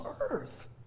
earth